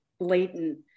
blatant